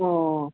ꯑꯣ